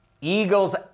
eagles